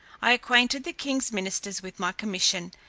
i acquainted the king's ministers with my commission,